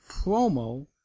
promo